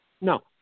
No